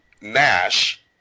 Nash